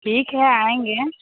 ठीक है आएँगे